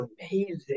amazing